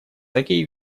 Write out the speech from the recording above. такие